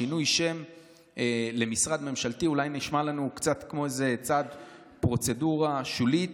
שינוי שם למשרד ממשלתי אולי נשמע לנו קצת כמו איזו פרוצדורה שולית,